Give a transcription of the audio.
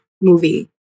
movie